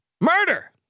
murder